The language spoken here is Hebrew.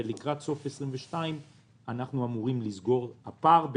ולקראת סוף 2022 אנחנו אמורים לסגור את הפער.